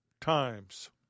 times